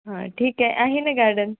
हां ठीक आहे ना गार्डन